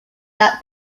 that